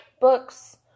books